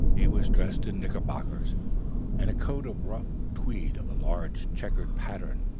he was dressed in knickerbockers and coat of rough tweed of a large checked pattern,